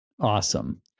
Awesome